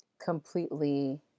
completely